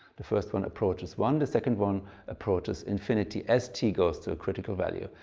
the first one approaches one, the second one approaches infinity as t goes to a critical value.